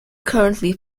currently